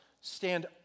Stand